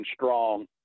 strong